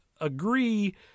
agree